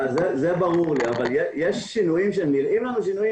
זה ברור לי אבל יש שינויים שהם נראים לנו שינויים